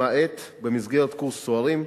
למעט בקורס צוערים,